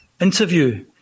interview